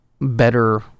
better